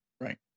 right